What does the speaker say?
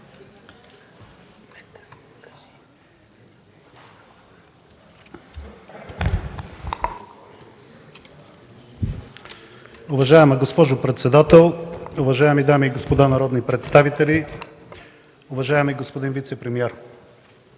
Уважаема госпожо председател, уважаеми дами и господа народни представители, уважаеми господин Станилов!